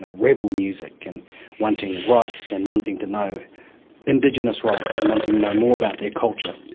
ah rebel music, and wanting rights and wanting to know indigenous rights and wanting to know more about their culture.